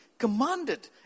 commanded